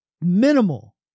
minimal